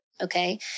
okay